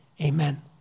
amen